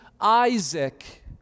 Isaac